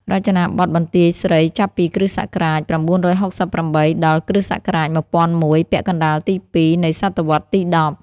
រចនាបថបន្ទាយស្រីចាប់ពី គ.ស ៩៦៨ ដល់ គ.ស ១០០១ ពាក់កណ្ដាលទី២ នៃសតវត្សរ៍ទី១០។